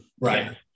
right